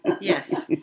Yes